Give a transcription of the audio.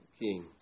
King